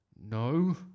No